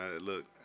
Look